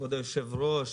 כבוד היושב-ראש,